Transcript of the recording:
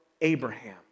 Abraham